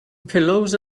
pillows